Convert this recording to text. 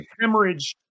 hemorrhage